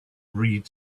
read